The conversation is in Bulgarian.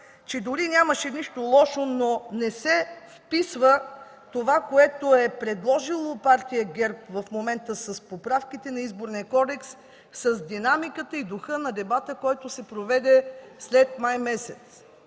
че дори нямаше нищо лошо, но не се вписва това, което е предложила Партия ГЕРБ в момента, с поправките на Изборния кодекс, с динамиката и духа на дебата, който се проведе след месец